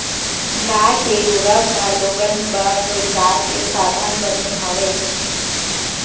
गाय के गोरस ह लोगन बर रोजगार के साधन बने हवय